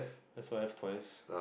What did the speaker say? S_Y_F twice